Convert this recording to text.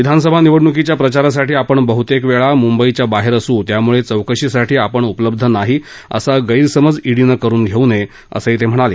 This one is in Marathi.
विधानसभा निवडणुकीच्या प्रचारासाठी आपण बहुतेक वेळा मुंबईच्या बाहेर असू त्यामुळे चौकशीसाठी आपण उपलब्ध नाही असा गस्तिमज ईडीनं करून घेऊ नये असही ते म्हणाले